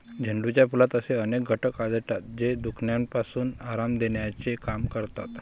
झेंडूच्या फुलात असे अनेक घटक आढळतात, जे दुखण्यापासून आराम देण्याचे काम करतात